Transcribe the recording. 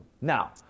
Now